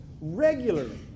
Regularly